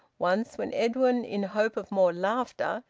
once when edwin, in hope of more laughter,